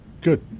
Good